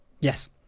Yes